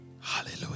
Hallelujah